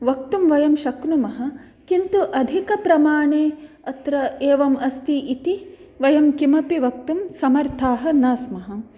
वक्तिं वयं शक्नुमः किन्तु अधिकप्रमाणे अत्र एवम् अस्ति इति वयं किमपि वक्तुं समर्थाः न स्मः